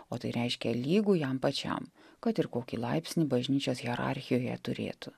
o tai reiškia lygų jam pačiam kad ir kokį laipsnį bažnyčios hierarchijoje turėtų